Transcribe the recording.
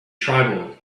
tribal